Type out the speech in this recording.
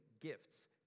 gifts